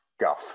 guff